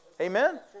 amen